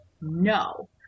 No